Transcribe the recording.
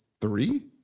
three